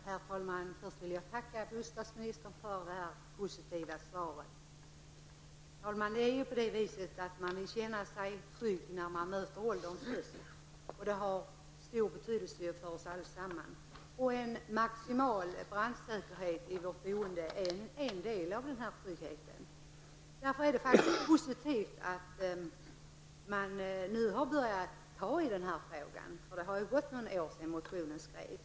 Herr talman! Jag vill först tacka bostadsministern för detta positiva svar. Människor vill känna sig trygga på sin ålders höst. Det har stor betydelse för oss allesammans. En maximal brandsäkerhet i vårt boende är en del av denna trygghet. Det är därför positivt att man nu har börjat arbeta med denna fråga. Det har ju gått några år sedan motionen skrevs.